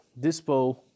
Dispo